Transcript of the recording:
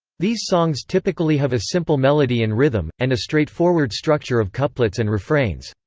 these songs typically have a simple melody and rhythm, and a straightforward structure of couplets and refrains.